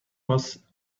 was